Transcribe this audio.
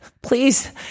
Please